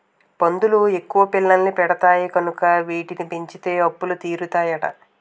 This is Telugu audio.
పందులు ఎక్కువ పిల్లల్ని పెడతాయి కనుక వీటిని పెంచితే అప్పులు తీరుతాయట